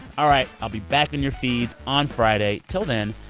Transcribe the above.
all right, i'll be back in your feeds on friday. till then,